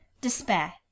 despair